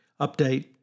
update